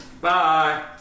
Bye